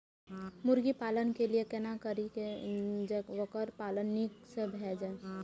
मुर्गी पालन के लिए केना करी जे वोकर पालन नीक से भेल जाय?